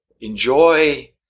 enjoy